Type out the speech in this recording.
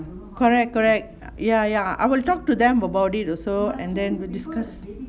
correct correct ya ya I will talk to them about it also and then we discuss